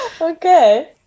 Okay